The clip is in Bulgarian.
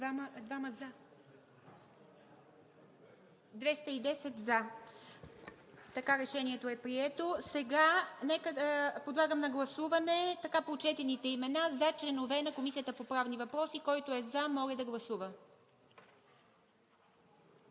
Няма. 210 – за. Решението е прието. Подлагам на гласуване така прочетените имена за членове на Комисията по правни въпроси. Който е за, моля да гласува.